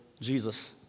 Jesus